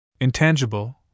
intangible